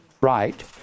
right